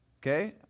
okay